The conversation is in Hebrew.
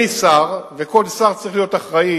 אני שר, וכל שר צריך להיות אחראי.